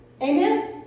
Amen